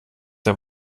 der